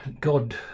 God